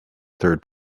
third